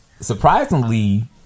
Surprisingly